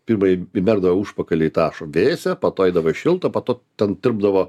pirma įmerkdavo užpakalį į tą vėsią po to eidavo į šiltą po to ten tirpdavo